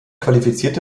qualifizierte